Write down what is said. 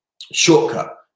shortcut